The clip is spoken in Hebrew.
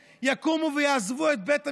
יקום ויעזוב את בית המדרש.